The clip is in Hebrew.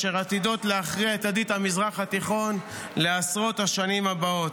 אשר עתידות להכריע את עתיד המזרח התיכון לעשרות השנים הבאות.